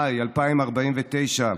מאי 2049,